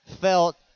felt